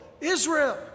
Israel